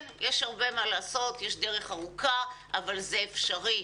כן, יש הרבה מה לעשות, יש דרך ארוכה אבל זה אפשרי.